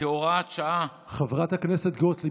(הוראת שעה) חברת הכנסת גוטליב,